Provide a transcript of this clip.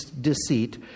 deceit